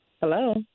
Hello